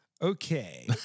Okay